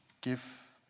Give